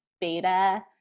beta